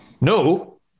no